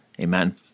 Amen